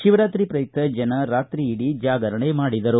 ಶಿವರಾತ್ರಿ ಪ್ರಯುಕ್ತ ಜನ ರಾತ್ರಿಯಿಡಿ ಜಾಗರಣೆ ಮಾಡಿದರು